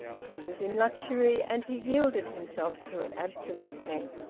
he was in luxury, and he yielded himself to it absolutely.